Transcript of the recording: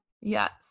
Yes